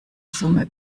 summe